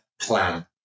plan